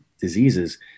diseases